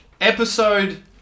Episode